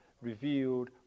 revealed